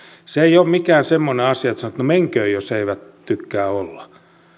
se ei ole mikään semmoinen asia että sanotaan että menkööt jos eivät tykkää olla